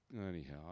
anyhow